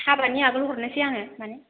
हाबानि आगोल हरनोसै आङो मानि